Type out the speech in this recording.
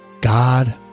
God